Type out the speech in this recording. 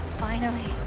finally.